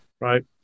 right